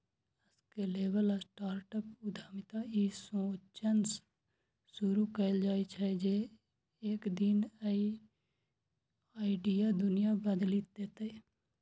scalable startup उद्यमिता ई सोचसं शुरू कैल जाइ छै, जे एक दिन ई आइडिया दुनिया बदलि देतै